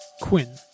Quinn